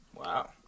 Wow